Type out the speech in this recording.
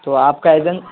تو آپ کا ایجینٹ